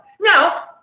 Now